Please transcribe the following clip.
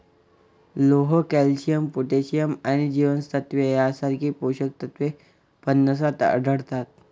लोह, calcium, potassium आणि जीवनसत्त्वे यांसारखी पोषक तत्वे फणसात आढळतात